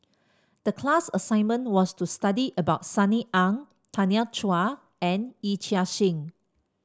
the class assignment was to study about Sunny Ang Tanya Chua and Yee Chia Hsing